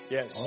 Yes